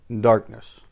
darkness